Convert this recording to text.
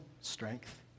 strength